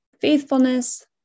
faithfulness